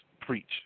preach